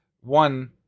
one